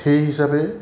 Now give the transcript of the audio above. সেই হিচাপে